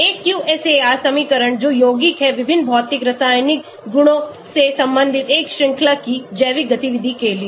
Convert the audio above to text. एक QSAR समीकरण जो योगिक है विभिन्न भौतिक रासायनिक गुणों से संबंधित एक श्रृंखला की जैविक गतिविधि के लिए